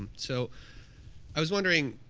so i was wondering,